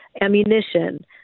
ammunition